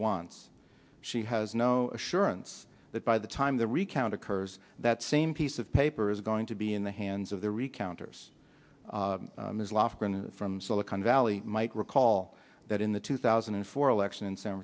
wants she has no assurance that by the time the recount occurs that same piece of paper is going to be in the hands of the re counters lofgren from silicon valley might recall that in the two thousand and four election in san